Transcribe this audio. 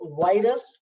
virus